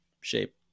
shape